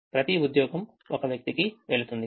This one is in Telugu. ప్రతి ఉద్యోగం ఒక వ్యక్తికి వెళుతుంది